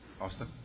Austin